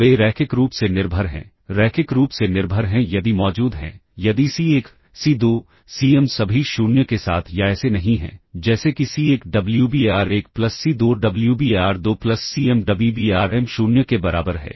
वे रैखिक रूप से निर्भर हैं रैखिक रूप से निर्भर हैं यदि मौजूद हैं यदि C1 C2 Cm सभी 0 के साथ या ऐसे नहीं हैं जैसे कि C1 Wbar1 plus C2 Wbar2 plus Cm Wbarm 0 के बराबर है